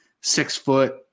six-foot